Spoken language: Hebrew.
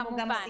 כמובן.